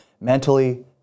mentally